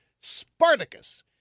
Spartacus